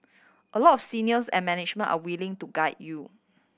a lot of seniors and management are willing to guide you